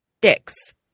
Dick's